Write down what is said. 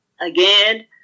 Again